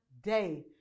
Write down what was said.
day